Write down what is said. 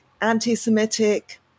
anti-Semitic